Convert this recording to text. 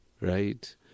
right